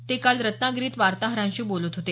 ते काल रत्नागिरीत वार्ताहरांशी बोलत होते